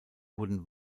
wurden